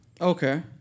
Okay